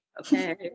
okay